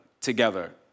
together